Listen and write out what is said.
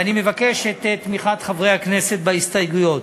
ואני מבקש את תמיכת חברי הכנסת בהסתייגויות.